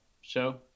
show